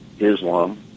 Islam